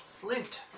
Flint